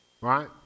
right